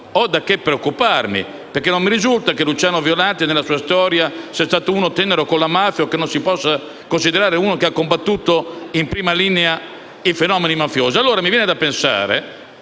ho di che preoccuparmi. Non mi risulta, infatti, che Luciano Violante, nella sua storia, sia stato tenero con la mafia o che non si possa considerare uno che ha combattuto in prima linea i fenomeni mafiosi.